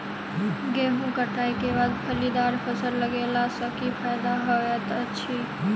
गेंहूँ कटाई केँ बाद फलीदार फसल लगेला सँ की फायदा हएत अछि?